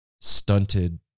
stunted